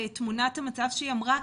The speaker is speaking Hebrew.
אני מסכימה לתמונת המצב שהיא אמרה,